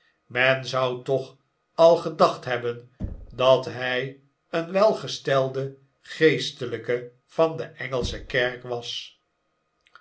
men zou toch al gedacht hebben dat hij een welgestelde geestelijke van de engelsche kerk was